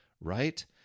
right